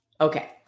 Okay